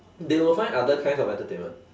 they will find other kinds of entertainment